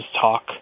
talk